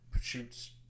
shoots